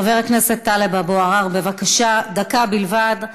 חבר הכנסת טלב אבו עראר, בבקשה, דקה בלבד.